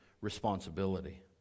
responsibility